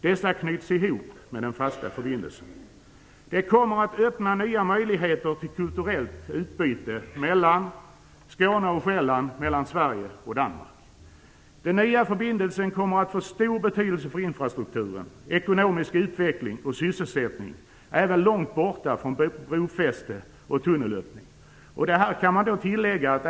Dessa knyts ihop med den fasta förbindelsen. Det kommer att öppna nya möjligheter för kulturellt utbyte mellan Skåne och Själland och mellan Sverige och Danmark i övrigt. Den nya förbindelsen kommer att få stor betydelse för infrastrukturen, den ekonomiska utvecklingen och sysselsättningen även långt borta från brofästen och tunnelöppningar.